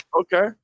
Okay